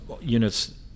units